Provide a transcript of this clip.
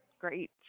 Great